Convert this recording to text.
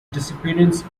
disappearance